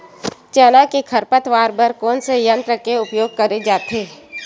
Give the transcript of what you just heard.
चना के खरपतवार बर कोन से यंत्र के उपयोग करे जाथे?